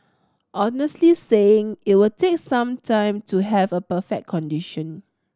honestly saying it will take some time to have a perfect condition